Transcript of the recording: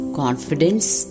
confidence